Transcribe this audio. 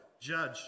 judge